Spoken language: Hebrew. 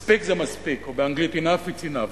מספיק זה מספיק, או באנגלית: enough is enough.